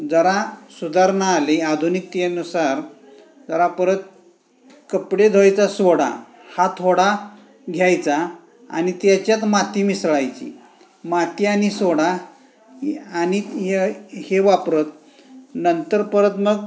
जरा सुधारणा आली आधुनिकतेनुसार जरा परत कपडे धुवायचा सोडा हा थोडा घ्यायचा आणि त्याच्यात माती मिसळायची माती आणि सोडा आणि हे हे वापरत नंतर परत मग